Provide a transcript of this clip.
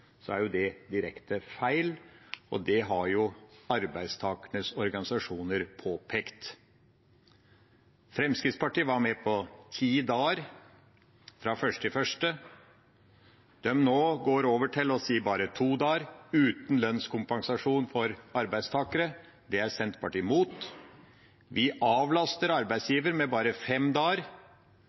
er det direkte feil, og det har jo arbeidstakernes organisasjoner påpekt. Fremskrittspartiet var med på ti dager fra 1. januar. De går nå over til å si bare to dager, uten lønnskompensasjon for arbeidstakere. Det er Senterpartiet mot. Vi avlaster arbeidsgiver med bare fem dager,